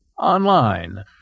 online